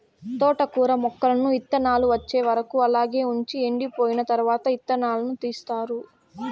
తోటకూర మొక్కలను ఇత్తానాలు వచ్చే వరకు అలాగే వుంచి ఎండిపోయిన తరవాత ఇత్తనాలను తీస్తారు